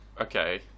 Okay